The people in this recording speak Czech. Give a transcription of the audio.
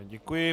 Děkuji.